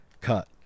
cut